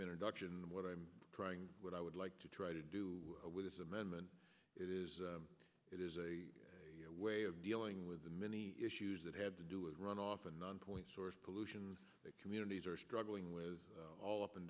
introduction what i'm trying what i would like to try to do with this amendment is it is a way of dealing with the many issues that have to do with runoff and non point source pollution that communities are struggling with all up and